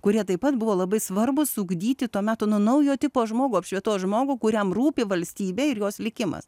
kurie taip pat buvo labai svarbūs ugdyti to meto na naujo tipo žmogų apšvietos žmogų kuriam rūpi valstybė ir jos likimas